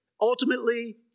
ultimately